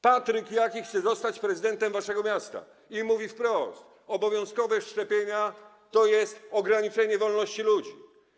Patryk Jaki chce zostać prezydentem waszego miasta i mówi wprost, że obowiązkowość szczepień to jest ograniczenie wolności ludzi.